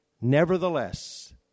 Nevertheless